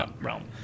realm